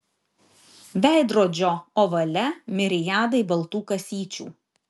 veidrodžio ovale miriadai baltų kasyčių